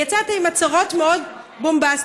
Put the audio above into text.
יצאת עם הצהרות מאוד בומבסטיות,